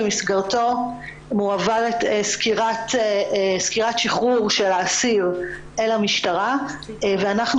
במסגרתו מועברת סקירת שחרור של האסיר אל המשטרה ואנחנו